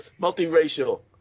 Multiracial